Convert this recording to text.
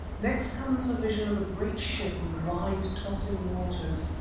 next comes a vision of a great ship and wide tossing waters.